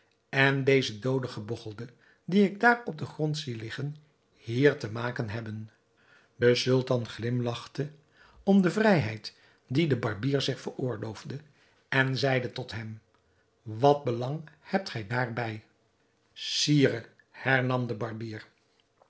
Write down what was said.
en deze doode gebogchelde dien ik daar op den grond zie liggen hier te maken hebben de sultan glimlachte om de vrijheid die de barbier zich veroorloofde en zeide tot hem wat belang hebt gij daarbij sire hernam de barbier